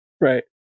Right